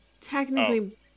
Technically